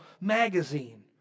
magazine